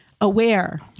aware